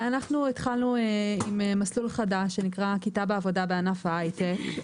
אנחנו התחלנו עם מסלול חדש שנקרא "כיתה בעבודה בענף היי-טק".